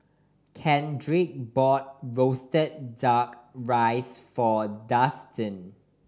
Kendrick bought roasted Duck Rice for Dustin